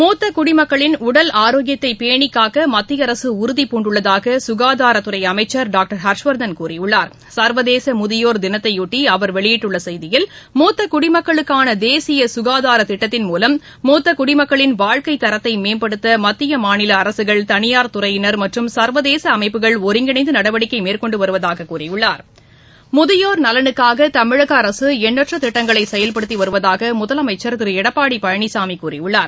மூத்தகுடமக்களின் உடல் ஆரோக்கியத்தைபேணிகாக்கமத்திய அரகஉறுதிபூண்டுள்ளதாகககாதாரத்துறை அமைச்சர் கூறியுள்ளார் சர்வதேசமுதியோர் தினத்தையாட்டி அவர் வெளியிட்டுள்ளசெய்தியில் மூத்தகுடிமக்களுக்கானதேசியசுகாதாரத்திட்டத்தின் மூத்தகுடிமக்களின் மூலம் வாழ்க்கைத்தரத்தைமேம்படுத்தமத்தியமாநிலஅரசுகள் தனியார்துறையினர் மற்றும் சர்வதேசஅமைப்புகள் ஒருங்கிணைந்துநடவடிக்கைமேற்கொண்டுவருவதாககூறியுள்ளார் முதியோர் நலனுக்காகதமிழகஅரசுஎண்ணற்றதிட்டங்களைசெயல்படுத்திவருவதாகமுதலமைச்ச் திருளடப்பாடிபழனிசாமிகூறியுள்ளார்